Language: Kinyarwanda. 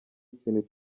ikintu